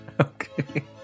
okay